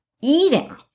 eating